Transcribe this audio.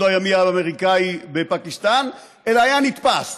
הימי האמריקני בפקיסטן אלא היה נתפס.